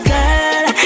Girl